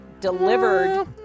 delivered